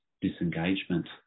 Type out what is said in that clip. disengagement